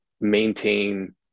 maintain